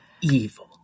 evil